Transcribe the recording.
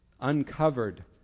uncovered